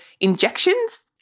injections